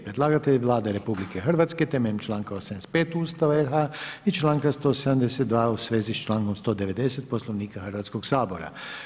Predlagatelj je Vlada RH temeljem članka 85 Ustava RH i članka 172 u svezi s člankom 190 Poslovnika Hrvatskog sabora.